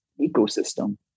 ecosystem